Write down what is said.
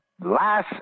last